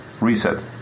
reset